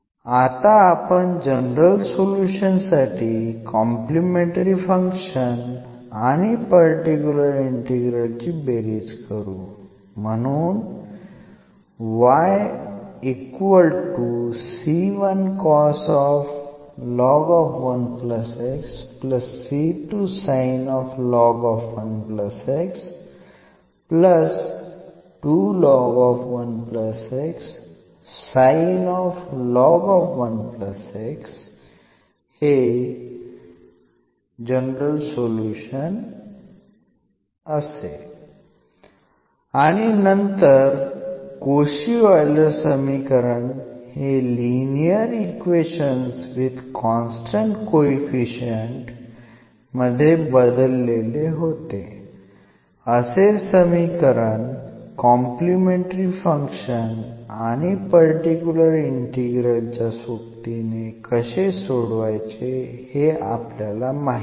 आता आपण general solution साठी कॉम्प्लिमेंटरी फंक्शन आणि पर्टिक्युलर इंटिग्रल ची बेरीज करु म्हणून आणि नंतर कोशी ऑइलर समीकरण हे linear equations with constant coefficient मध्ये बदलले होते असे समीकरण कॉम्प्लिमेंटरी फंक्शन आणि पर्टिक्युलर इंटिग्रल च्या सोबतीने कसे सोडवायचे हे आपल्याला माहित आहे